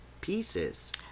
pieces